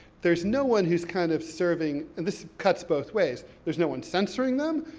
there's no one who's kind of serving, and this cuts both ways, there's no one censoring them,